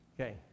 Okay